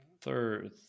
Third